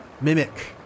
mimic